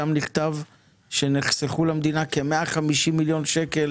שם נכתב שנחסכו למדינה כ-150 מיליון שקל